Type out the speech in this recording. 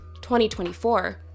2024